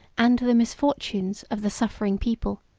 and the misfortunes, of the suffering people,